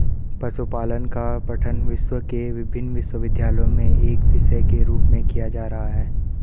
पशुपालन का पठन विश्व के विभिन्न विश्वविद्यालयों में एक विषय के रूप में किया जा रहा है